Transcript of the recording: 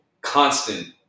constant